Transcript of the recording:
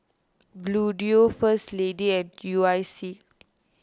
Bluedio First Lady and U I C